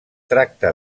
tracta